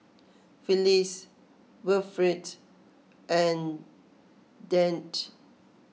Felix Wilfrid and Dante